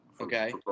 okay